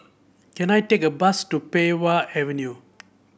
can I take a bus to Pei Wah Avenue